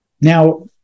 Now